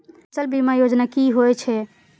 फसल बीमा योजना कि होए छै?